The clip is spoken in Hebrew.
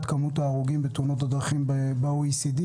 מספרי ההרוגים בתאונות הדרכים ב-OECD.